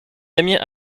damien